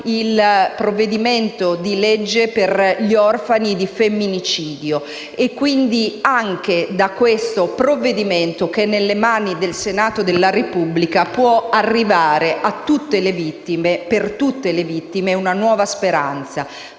il disegno di legge per gli orfani dei femminicidi. Quindi, anche da questo provvedimento, che è nelle mani del Senato della Repubblica, può arrivare per tutte le vittime una nuova speranza.